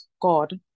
God